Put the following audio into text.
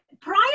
prior